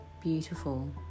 Beautiful